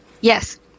Yes